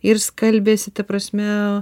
ir skalbiasi ta prasme